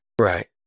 Right